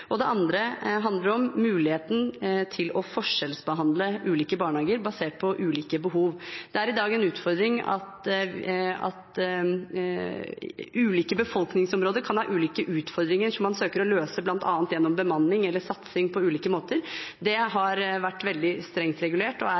Det andre handler om muligheten til å forskjellsbehandle ulike barnehager basert på ulike behov. Det er i dag en utfordring at ulike befolkningsområder kan ha ulike utfordringer, som man søker å løse bl.a. gjennom bemanning eller satsing på ulike måter. Det har vært veldig strengt regulert og